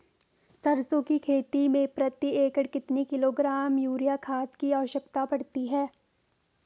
सरसों की खेती में प्रति एकड़ कितने किलोग्राम यूरिया खाद की आवश्यकता पड़ती है?